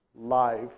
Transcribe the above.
live